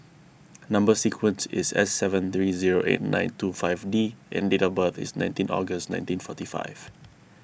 Number Sequence is S seven three zero eight nine two five D and date of birth is nineteen August nineteen forty five